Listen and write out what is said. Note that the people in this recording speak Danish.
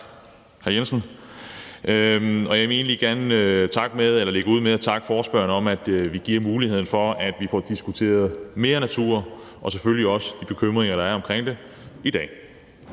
og jeg vil egentlig gerne lægge ud med at takke forespørgerne for, at vi bliver givet muligheden for at få diskuteret mere natur og selvfølgelig også de bekymringer, der er omkring det, i dag.